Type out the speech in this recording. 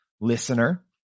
listener